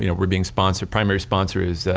you know are being sponsored, primary sponsors are,